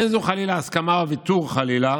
אין זו, חלילה, הסכמה, או ויתור, חלילה,